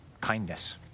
kindness